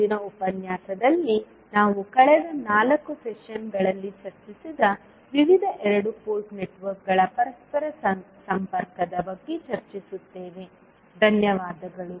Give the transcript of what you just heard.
ಮುಂದಿನ ಉಪನ್ಯಾಸದಲ್ಲಿ ನಾವು ಕಳೆದ 4 ಸೆಷನ್ಗಳಲ್ಲಿ ಚರ್ಚಿಸಿದ ವಿವಿಧ ಎರಡು ಪೋರ್ಟ್ ನೆಟ್ವರ್ಕ್ಗಳ ಪರಸ್ಪರ ಸಂಪರ್ಕದ ಬಗ್ಗೆ ಚರ್ಚಿಸುತ್ತೇವೆ ಧನ್ಯವಾದಗಳು